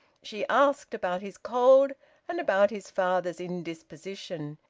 she asked about his cold and about his father's indisposition.